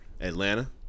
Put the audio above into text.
Atlanta